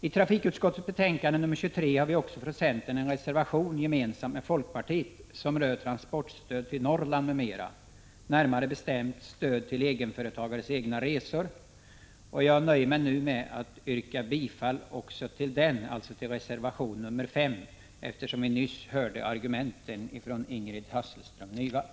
I trafikutskottets betänkande nr 23 har vi också från centern en reservation gemensamt med folkpartiet, vilken rör transportstöd till Norrland m.m., närmare bestämt då stöd till egenföretagares egna resor. Jag nöjer mig nu med att yrka bifall till reservation 5, eftersom vi nyss hörde argumenten för den ifrån Ingrid Hasselström Nyvall.